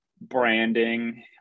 branding